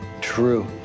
True